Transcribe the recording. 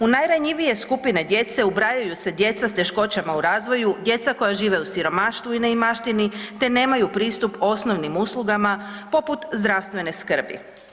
U najranjivije skupine djece ubrajaju se djeca s teškoćama u razvoju, djeca koja žive u siromaštvu i neimaštini te nemaju pristup osnovnim uslugama, poput zdravstvene skrbi.